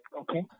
okay